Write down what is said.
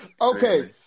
Okay